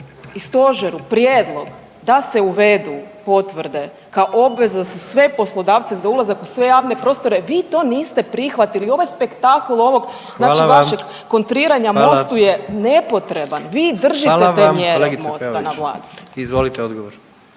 i stožeru prijedlog da se uvedu potvrde kao obveza za sve poslodavce za ulazak u sve javne prostore, vi to niste prihvatili. Ovo je spektakl ovog znači vašeg…/Upadica: Hvala vam, hvala/…kontriranja Mostu je nepotreban. Vi držite …/Upadica: Hvala vam kolegice Peović/…te mjere